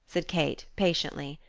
said kate, patiently.